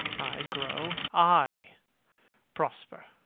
i grow i prosper